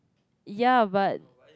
ya but